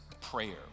prayer